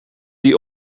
die